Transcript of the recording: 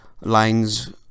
lines